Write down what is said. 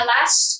Last